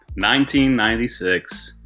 1996